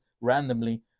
randomly